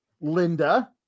Linda